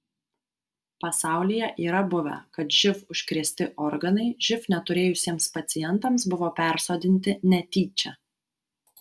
pasaulyje yra buvę kad živ užkrėsti organai živ neturėjusiems pacientams buvo persodinti netyčia